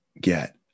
get